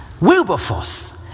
Wilberforce